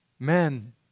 Men